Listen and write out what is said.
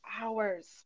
hours